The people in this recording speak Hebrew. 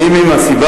ואם הם הסיבה,